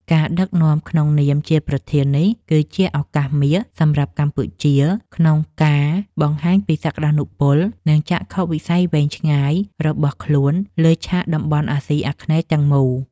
ការដឹកនាំក្នុងនាមជាប្រធាននេះ គឺជាឱកាសមាសសម្រាប់កម្ពុជាក្នុងការបង្ហាញពីសក្តានុពល និងចក្ខុវិស័យវែងឆ្ងាយរបស់ខ្លួនលើឆាកតំបន់អាស៊ីអាគ្នេយ៍ទាំងមូល។